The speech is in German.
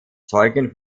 zeugen